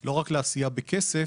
לא רק לעשייה בכסף,